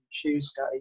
tuesday